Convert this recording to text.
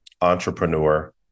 entrepreneur